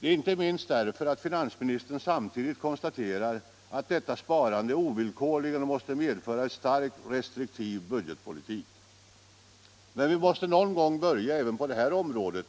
Detta inte minst därför att finansministern samtidigt konstaterar att detta sparande ovillkorligen måste medföra en starkt restriktiv budgetpolitik. Men vi måste någon gång börja även på detta område,